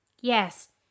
Yes